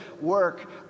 work